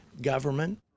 government